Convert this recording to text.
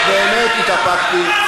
אני באמת באמת התאפקתי.